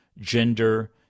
gender